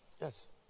Yes